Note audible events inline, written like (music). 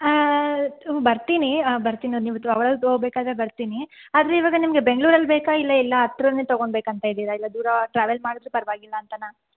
ಬರ್ತೀನಿ ಬರ್ತೀನಿ ನೀವು (unintelligible) ಹೋಗ್ಬೇಕಾದ್ರೆ ಬರ್ತೀನಿ ಆದರೆ ಇವಾಗ ನಿಮಗೆ ಬೆಂಗ್ಳೂರಲ್ಲಿ ಬೇಕಾ ಇಲ್ಲಾ ಎಲ್ಲ ಹತ್ರನೇ ತಗೊನ್ಬೇಕಂತ ಇದ್ದೀರಾ ಇಲ್ಲ ದೂರ ಟ್ರಾವೆಲ್ ಮಾಡಿದರೂ ಪರವಾಗಿಲ್ಲ ಅಂತನಾ